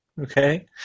okay